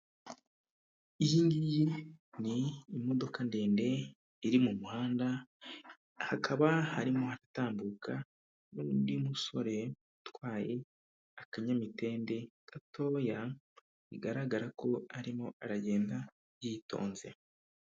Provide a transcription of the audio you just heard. Iyi ngiyi ni imodoka ndende iri mu muhanda, hakaba harimo ahatambuka n'undi musore utwaye akanyamitende gatoya, bigaragara ko arimo aragenda yitonze.